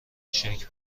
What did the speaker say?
شکل